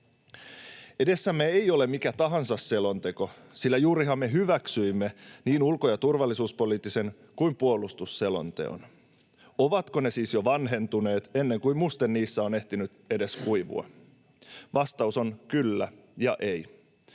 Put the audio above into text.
Edessämme ei ole mikä tahansa selonteko, sillä juurihan me hyväksyimme niin ulko- ja turvallisuuspoliittisen kuin puolustusselonteon. Ovatko ne siis jo vanhentuneet ennen kuin muste niissä on ehtinyt edes kuivua? Vastaus on kyllä ja ei.